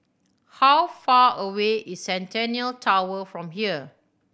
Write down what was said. how far away is Centennial Tower from here